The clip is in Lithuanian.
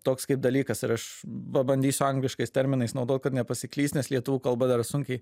toks dalykas ir aš pabandysiu angliškais terminais naudot kad nepasiklyst nes lietuvių kalba dar sunkiai